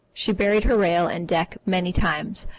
she buried her rail and deck many times,